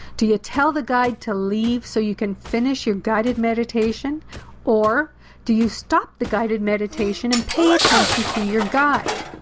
do you tell the guide to leave so you can finish your guided meditation or do you stop the guided meditation and pay attention to your guide?